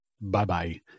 Bye-bye